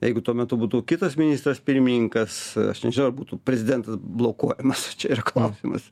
jeigu tuo metu būtų kitas ministras pirmininkas aš nežinau ar būtų prezidentas blokuojamas čia yra klausimas